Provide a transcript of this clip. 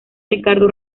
ricardo